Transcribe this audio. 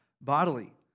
bodily